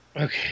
Okay